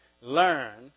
learn